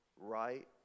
right